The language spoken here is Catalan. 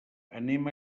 anem